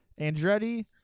Andretti